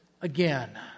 again